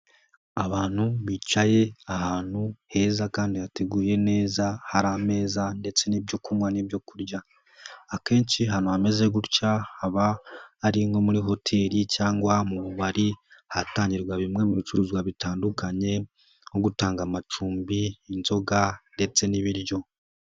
Abantu bicaye ahantu heza kandi hateguye neza hari ameza ndetse n'ibyokunywa n'ibyo kurya, akenshi ahantu hameze gutya haba ari nko muri hoteli cyangwa mu bubari hatangirwa bimwe mu bicuruzwa bitandukanye, nko gutanga amacumbi inzoga ndetse n'ibiryo.